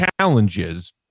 challenges